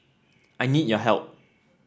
I need your help